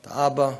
את האבא,